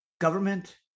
Government